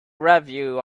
review